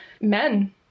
men